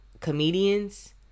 comedians